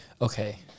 Okay